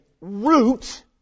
root